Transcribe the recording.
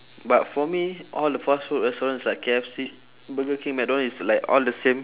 but for me all the fast food restaurants like K_F_C burger king mcdonald it's like all the same